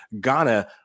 Ghana